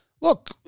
Look